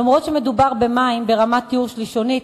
אומנם מדובר במים ברמת טיהור שלישונית,